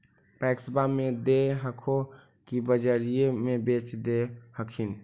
पैक्सबा मे दे हको की बजरिये मे बेच दे हखिन?